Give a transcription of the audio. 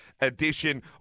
edition